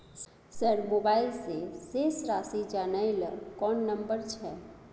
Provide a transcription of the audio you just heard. Sir mobile से शेस राशि जानय ल कोन नंबर छै?